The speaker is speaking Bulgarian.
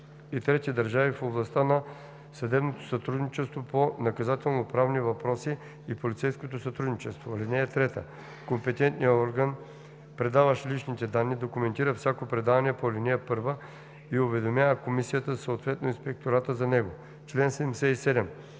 на съдебното сътрудничество по наказателноправни въпроси и полицейското сътрудничество. (3) Компетентният орган, предаващ личните данни, документира всяко предаване по ал. 1 и уведомява комисията, съответно инспектората за него.